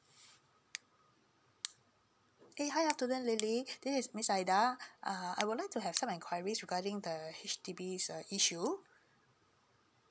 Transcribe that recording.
eh hi afternoon lily this is miss aida uh I would like to have some enquiries regarding the H_D_B err issue